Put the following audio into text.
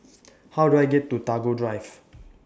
How Do I get to Tagore Drive